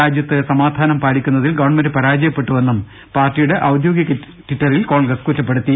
രാജ്യത്ത് സമാധാനം പാലിക്കുന്നതിൽ ഗവൺമെന്റ് പരാജയപ്പെട്ടുവെന്നും പാർട്ടിയുടെ ഔദ്യോഗിക ട്വിറ്ററിൽ കോൺഗ്രസ് ആരോപിച്ചു